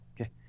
Okay